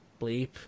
bleep